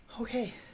Okay